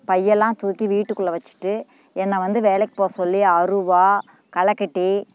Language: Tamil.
பை எல்லாம் தூக்கி வீட்டுக்குள்ளே வெச்சுட்டு என்னை வந்து வேலைக்கு போக சொல்லி அருவாள் களைக்கெட்டி